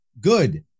good